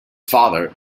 father